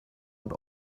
und